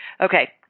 Okay